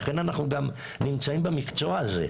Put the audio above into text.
ולכן אנחנו גם נמצאים במקצוע הזה.